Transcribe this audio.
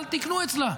אל תקנו אצלה,